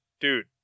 dude